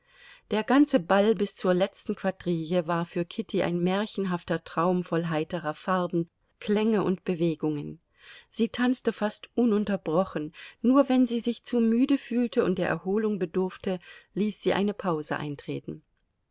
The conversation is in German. der ganze ball bis zur letzten quadrille war für kitty ein märchenhafter traum voll heiterer farben klänge und bewegungen sie tanzte fast ununterbrochen nur wenn sie sich zu müde fühlte und der erholung bedurfte ließ sie eine pause eintreten